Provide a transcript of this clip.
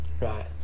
Right